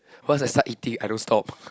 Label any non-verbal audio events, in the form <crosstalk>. once I start eating I don't stop <laughs>